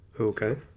okay